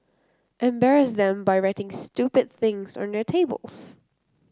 embarrass them by writing stupid things on their tables